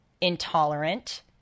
intolerant